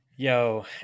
Yo